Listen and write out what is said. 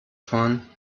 fahren